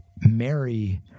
Mary